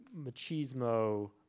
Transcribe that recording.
machismo